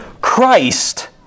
Christ